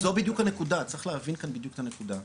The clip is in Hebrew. זו בדיוק הנקודה, צריך להבין בדיוק את הנקודה,